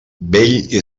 bell